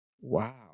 Wow